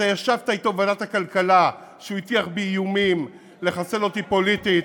אתה ישבת אתו בוועדת הכלכלה כשהוא הטיח בי איומים לחסל אותי פוליטית.